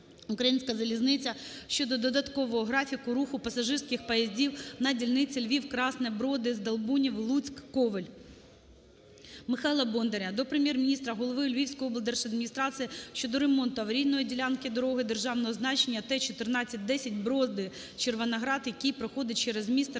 "Українська залізниця" щодо додаткового графіку руху пасажирських поїздів на дільниці Львів-Красне-Броди-Здолбунів-Луцьк-Ковель. Михайла Бондаря до Прем'єр-міністра України, голови Львівської обласної державної адміністрації щодо ремонту аварійної ділянки дороги державного значення Т-14-10 Броди-Червоноград, яка проходить через місто Радехів